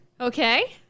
Okay